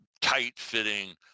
tight-fitting